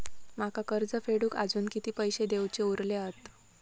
माका कर्ज फेडूक आजुन किती पैशे देऊचे उरले हत?